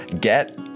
get